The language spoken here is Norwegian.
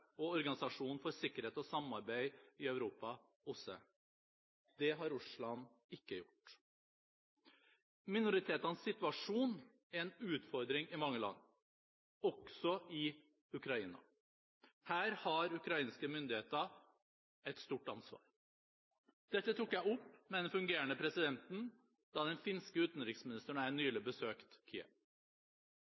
og Organisasjonen for sikkerhet og samarbeid i Europa, OSSE. Det har Russland ikke gjort. Minoritetenes situasjon er en utfordring i mange land, også i Ukraina. Her har ukrainske myndigheter et stort ansvar. Dette tok jeg opp med den fungerende presidenten da den finske utenriksministeren og jeg nylig